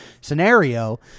scenario